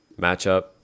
matchup